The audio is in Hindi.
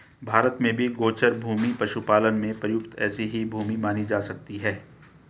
भारत में भी गोचर भूमि पशुपालन में प्रयुक्त ऐसी ही भूमि मानी जा सकती है